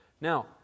Now